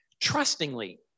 trustingly